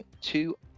two